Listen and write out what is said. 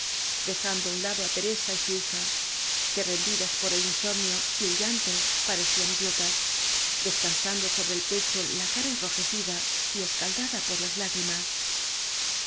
dejando á un lado á eresa áñ y su hija que rendidas por el insomnio y el llanto parecían idiotas descansando sobre el pecho la cara enrojecida escaldada y por las lágrimas